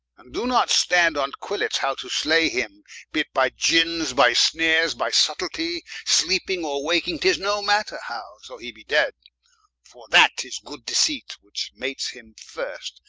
and doe not stand on quillets how to slay him be it by gynnes, by snares, by subtletie, sleeping, or waking, tis no matter how, so he be dead for that is good deceit, which mates him first,